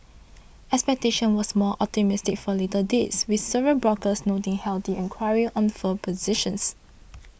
expectation was more optimistic for later dates with several brokers noting healthy enquiry on forward positions